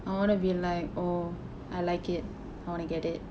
I wanna be like oh I like it I wanna get it